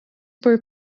por